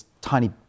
tiny